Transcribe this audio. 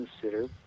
consider